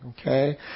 okay